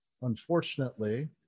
unfortunately